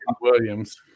Williams